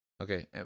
Okay